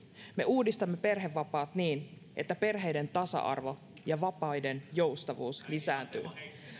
me uudistamme perhevapaat niin että perheiden tasa arvo ja vapaiden joustavuus lisääntyvät vihreät